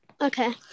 Okay